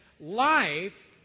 Life